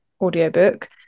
audiobook